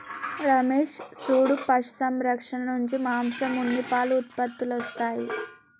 రమేష్ సూడు పశు సంరక్షణ నుంచి మాంసం ఉన్ని పాలు ఉత్పత్తులొస్తాయి